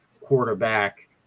quarterback